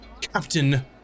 captain